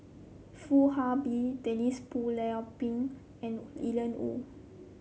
Foo Ah Bee Denise Phua Lay Peng and Ian Woo